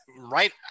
right